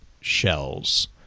shells